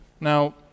Now